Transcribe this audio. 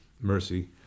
Mercy—